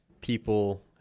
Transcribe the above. people